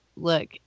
look